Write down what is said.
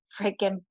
freaking